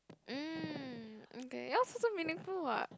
mm okay yours also meaningful what